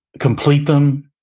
complete them,